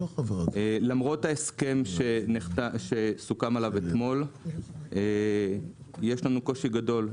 למרות ההסכם שסוכם עליו אתמול יש לנו קושי גדול.